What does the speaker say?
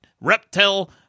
reptile